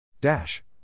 Dash